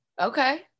Okay